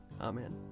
Amen